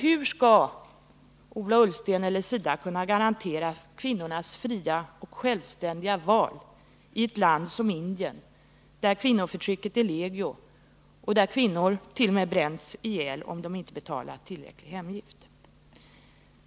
Hur skall Ola Ullsten eller SIDA kunna garantera kvinnornas fria och självständiga val i ett land som Indien, där kvinnoförtrycket är allmänt och där kvinnor t.o.m. bränns ihjäl, om de inte betalar tillräcklig hemgift?